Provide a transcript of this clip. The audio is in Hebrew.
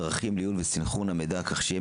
דרכים לעיון וסנכרון המידע כך שיהיה